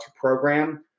program